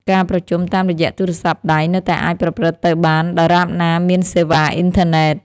ការប្រជុំតាមរយៈទូរស័ព្ទដៃ នៅតែអាចប្រព្រឹត្តទៅបានដរាបណាមានសេវាអ៊ីនធឺណិត។